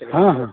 हँ हँ